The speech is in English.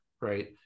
right